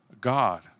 God